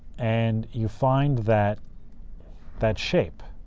and you find that that shape,